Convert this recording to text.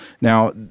Now